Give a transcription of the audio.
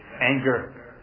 Anger